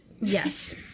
Yes